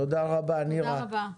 תודה רבה, נירה.